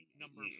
number